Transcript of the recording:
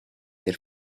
der